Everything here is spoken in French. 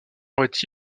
auraient